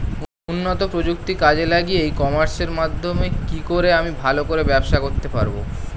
উন্নত প্রযুক্তি কাজে লাগিয়ে ই কমার্সের মাধ্যমে কি করে আমি ভালো করে ব্যবসা করতে পারব?